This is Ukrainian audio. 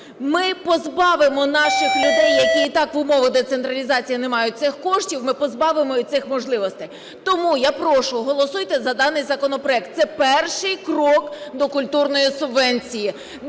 ми позбавимо наших людей, які і так в умовах децентралізації не мають цих коштів, ми позбавимо і цих можливостей. Тому я прошу, голосуйте за даний законопроект, Це перший крок до культурної субвенції.